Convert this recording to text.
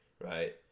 right